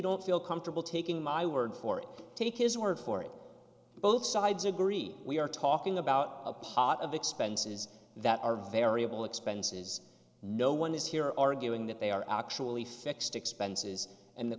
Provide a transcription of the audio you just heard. don't feel comfortable taking my word for it take his word for it both sides agree we are talking about a part of expenses that are variable expenses no one is here arguing that they are actually fixed expenses and the